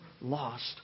lost